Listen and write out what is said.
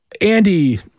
Andy